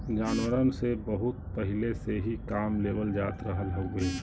जानवरन से बहुत पहिले से ही काम लेवल जात रहल हउवे